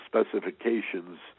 specifications